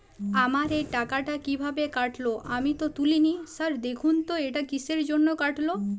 আমার এই টাকাটা কীভাবে কাটল আমি তো তুলিনি স্যার দেখুন তো এটা কিসের জন্য কাটল?